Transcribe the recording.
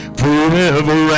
forever